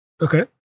Okay